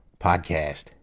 Podcast